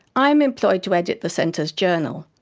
i'm employed to edit the centre's journal,